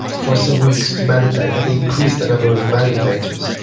for some weeks to meditate. and they increased the number of meditators.